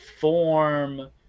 form